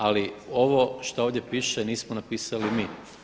Ali ovo što ovdje piše nismo napisali mi.